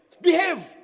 Behave